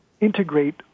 integrate